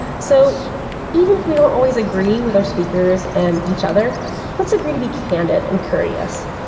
so even if we don't always agree with our speakers and each other, let's agree to be candid and courteous.